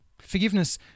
Forgiveness